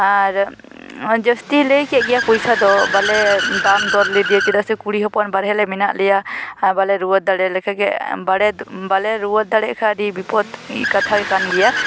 ᱟᱨ ᱡᱟᱹᱥᱛᱤᱭ ᱞᱟᱹᱭᱠᱮᱫ ᱜᱮᱭᱟ ᱯᱚᱭᱥᱟ ᱫᱚ ᱵᱟᱞᱮ ᱫᱟᱢ ᱫᱚᱨ ᱞᱮᱫᱮᱭᱟ ᱪᱮᱫᱟᱜ ᱥᱮ ᱠᱩᱲᱤ ᱦᱚᱯᱚᱱ ᱵᱟᱨᱦᱮ ᱞᱮ ᱢᱮᱱᱟᱜ ᱞᱮᱭᱟ ᱵᱟᱞᱮ ᱨᱩᱣᱟᱹᱲ ᱫᱟᱲᱮ ᱞᱮᱠᱟ ᱜᱮ ᱵᱟᱲᱮ ᱵᱟᱞᱮ ᱨᱩᱣᱟᱹᱲ ᱫᱟᱲᱮ ᱠᱷᱟᱱ ᱟᱹᱰᱤ ᱵᱤᱯᱚᱫ ᱠᱟᱛᱷᱟ ᱜᱮ ᱠᱟᱱ ᱜᱮᱭᱟ